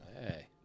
hey